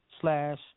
slash